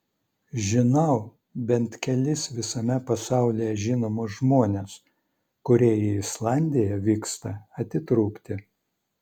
žinau bent kelis visame pasaulyje žinomus žmones kurie į islandiją vyksta atitrūkti